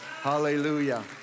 Hallelujah